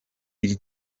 iri